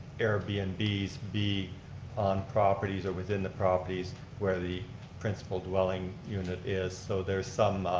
airbnb's and be be on properties or within the properties where the principle dwelling unit is. so there's some